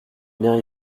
bien